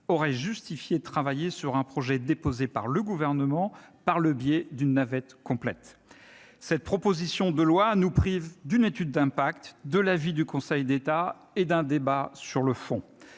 aurait justifié de travailler sur un projet déposé par le Gouvernement, à l'occasion d'une navette parlementaire complète. Cette proposition de loi nous prive d'une étude d'impact, de l'avis du Conseil d'État et d'un débat de fond.